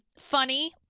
funny,